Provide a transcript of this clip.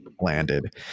landed